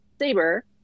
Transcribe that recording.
Saber